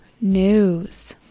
news